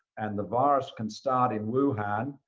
and the virus can start in wuhan,